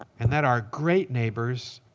and that our great neighbors,